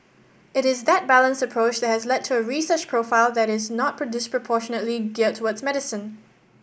it is that balanced approach that has led to a research profile that is not disproportionately geared towards medicine